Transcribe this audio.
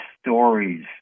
stories